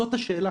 זאת השאלה